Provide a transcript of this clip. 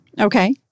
Okay